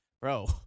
Bro